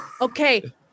Okay